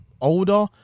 older